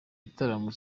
igitaramo